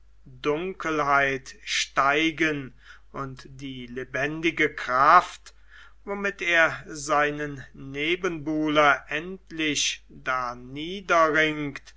dunkelheit steigen und die lebendige kraft womit er seinen nebenbuhler endlich